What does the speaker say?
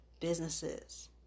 businesses